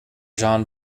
jean